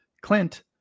Clint